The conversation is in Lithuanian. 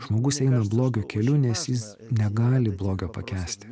žmogus eina blogio keliu nes jis negali blogio pakęsti